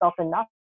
enough